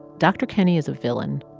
dr. kenney is a villain,